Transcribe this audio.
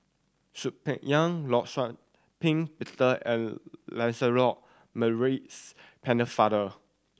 Soon Peng Yam Law Shau Ping Peter and Lancelot Maurice Pennefather